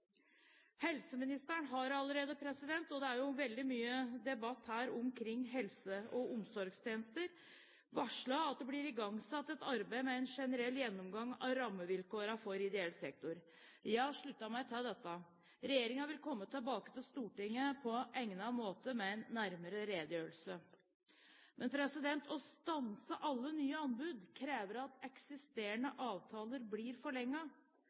Helseministeren har allerede – og det er veldig mye debatt her om helse- og omsorgstjenester – varslet at det blir igangsatt et arbeid med en generell gjennomgang av rammevilkårene for ideell sektor. Jeg har sluttet meg til dette. Regjeringen vil komme tilbake til Stortinget på egnet måte med en nærmere redegjørelse. Å stanse alle nye anbud krever at eksisterende avtaler blir